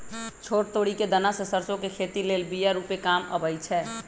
छोट तोरि कें दना से सरसो के खेती लेल बिया रूपे काम अबइ छै